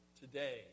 today